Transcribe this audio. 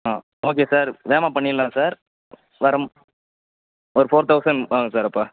ஆ okay sir வேகமாக பண்ணிரலாம் sir வரும் ஒரு ஃபோர் தௌசண்ட் ஆகும் சார் அப்போ